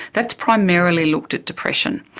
that's primarily looked at depression.